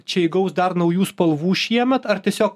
čia įgaus dar naujų spalvų šiemet ar tiesiog